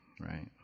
right